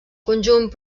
conjunt